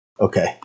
Okay